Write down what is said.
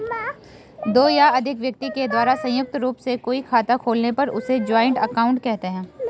दो या अधिक व्यक्ति के द्वारा संयुक्त रूप से कोई खाता खोलने पर उसे जॉइंट अकाउंट कहते हैं